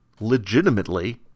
legitimately